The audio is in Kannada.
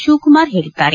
ಶಿವಕುಮಾರ್ ಹೇಳಿದ್ದಾರೆ